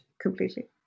completely